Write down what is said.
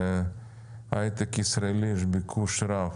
להייטק הישראלי יש ביקוש רב.